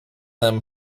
them